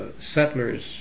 settlers